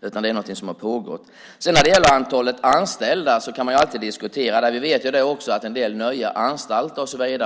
Det är något som har pågått. När det gäller antalet anställda kan man alltid diskutera det. Vi vet att det är en del nya anstalter, och det